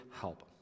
help